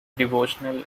devotional